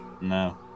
No